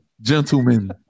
gentlemen